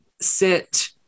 sit